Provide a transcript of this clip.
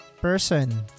person